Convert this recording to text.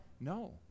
no